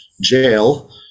jail